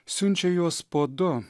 siunčia juos po du